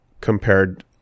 compared